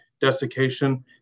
desiccation